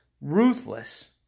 ruthless